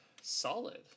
Solid